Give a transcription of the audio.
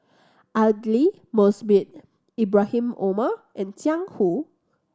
Aidli Mosbit Ibrahim Omar and Jiang Hu